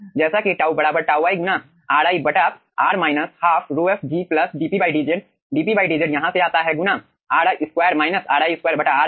जैसा कि τ बराबर τ i गुना ri r 12 ρf g dP dz dP dz यहां से आता है गुना r है